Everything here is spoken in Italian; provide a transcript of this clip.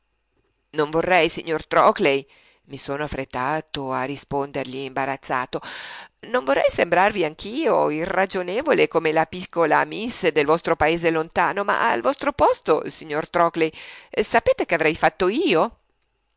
non vorrei signor trockley mi sono affrettato a rispondergli imbarazzato non vorrei sembrarvi anch'io irragionevole come la piccola miss del vostro paese lontano ma al posto vostro signor trockley sapete che avrei fatto io